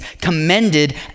commended